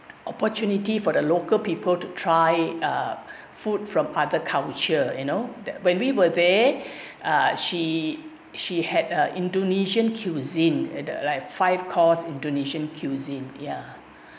opportunity for the local people to try uh food from other culture you know when we were there she she had uh indonesian cuisine at like five course indonesian cuisine ya